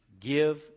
give